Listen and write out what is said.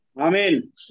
Amen